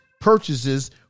purchases